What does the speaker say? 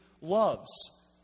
loves